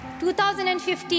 2015